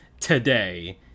today